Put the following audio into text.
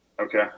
Okay